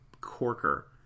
corker